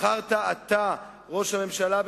בחרת אתה, ראש הממשלה,